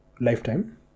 lifetime